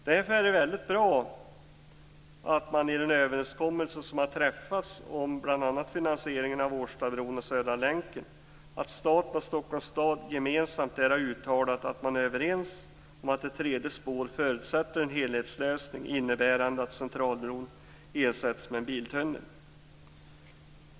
Därför är det väldigt bra att staten och Stockholms stad i den överenskommelse som har träffats om bl.a. finansiering av Årstabron och Södra länken gemensamt har uttalat att man är överens om att ett tredje spår förutsätter en helhetslösning innebärande att Centralbron ersätts med en biltunnel.